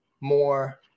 more